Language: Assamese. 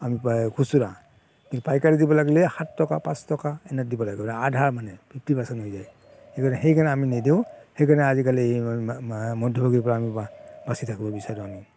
আমি পাই খুচুৰা কিন্তু পাইকাৰী দিব লাগিলে সাত টকা পাঁচ টকা এনে দিব লাগিব আধা মানে ফিফ্টী পাৰ্চেণ্ট হৈ যায় এইটো সেইকাৰণে আমি নিদিওঁ সেইকাৰণে আজিকালি মধ্যভোগীৰ পৰা বাচি থাকিব বিচাৰোঁ আমি